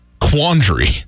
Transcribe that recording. quandary